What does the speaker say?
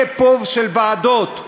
של ועדות,